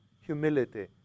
humility